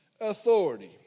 authority